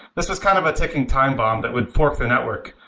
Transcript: this was kind of a ticking time bomb that would fork the network,